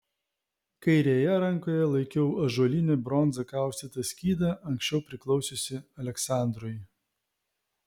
kairėje rankoje laikiau ąžuolinį bronza kaustytą skydą anksčiau priklausiusį aleksandrui